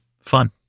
fun